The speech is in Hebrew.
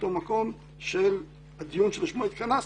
מאותו מקום של הדיון שלשמו התכנסנו,